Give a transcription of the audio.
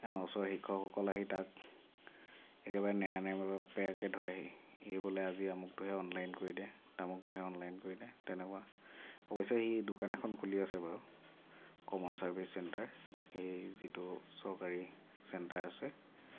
এই আমাৰ ওচৰৰ শিক্ষকসকল আহি তাক একেবাৰে নেৰা নেপেৰাকৈ আহি ধৰেহি এই বোলে আজি আমুকতোহে অনলাইন কৰি দে তামুকটোহে অনলাইন কৰি দে তেনেকুৱা অৱশ্যে সি দোকান এখন খুলি আছে বাৰু কমন চাৰ্ভিজ চেণ্টাৰ এই যিটো চৰকাৰী চেণ্টাৰ আছে